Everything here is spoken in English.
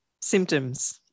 symptoms